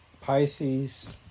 Pisces